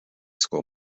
school